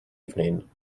evening